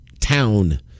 town